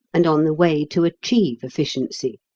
and on the way to achieve efficiency.